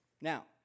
Now